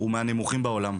הוא מהנמוכים בעולם.